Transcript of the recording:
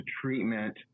treatment